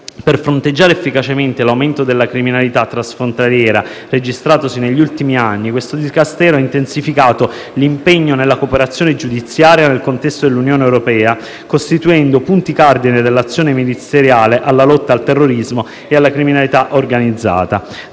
per fronteggiare efficacemente l'aumento della criminalità transfrontaliera registratosi negli ultimi anni, questo Dicastero ha intensificato l'impegno nella cooperazione giudiziaria nel contesto dell'Unione europea, costituendo tra i punti cardine dell'azione ministeriale la lotta al terrorismo e alla criminalità organizzata.